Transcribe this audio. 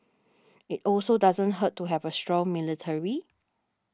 it also doesn't hurt to have a strong military